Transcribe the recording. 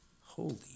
holy